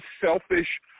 selfish